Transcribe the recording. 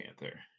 Panther